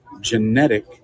genetic